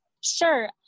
Sure